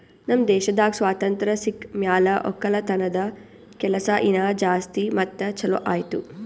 ನಮ್ ದೇಶದಾಗ್ ಸ್ವಾತಂತ್ರ ಸಿಕ್ ಮ್ಯಾಲ ಒಕ್ಕಲತನದ ಕೆಲಸ ಇನಾ ಜಾಸ್ತಿ ಮತ್ತ ಛಲೋ ಆಯ್ತು